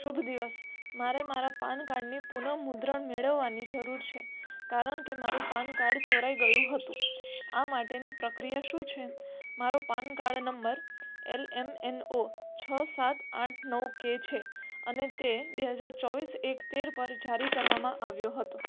શુભ દિવસ મારે મારા પાન કાર્ડની પુનઃમુદ્રણ મેળવવાની જરૂર છે કારણ કે મારું પાન કાર્ડ ચોરાઈ ગયું હતું આ માટેની પ્રક્રિયા શું છે મારો PAN card number L M N O છ સાત આઠ નવ કે છે અને તે બે હજાર ચોવીસ એક તેર પર જારી કરવામાં આવ્યો હતો